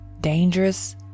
dangerous